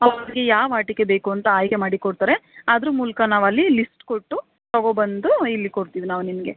ಅವರಿಗೆ ಯಾವ ಆಟಿಕೆ ಬೇಕು ಅಂತ ಆಯ್ಕೆ ಮಾಡಿಕೊಡ್ತಾರೆ ಅದ್ರ ಮೂಲಕ ನಾವಲ್ಲಿ ಲಿಸ್ಟ್ ಕೊಟ್ಟು ತಗೋಂಬಂದು ಇಲ್ಲಿ ಕೊಡ್ತೀವಿ ನಾವು ನಿಮಗೆ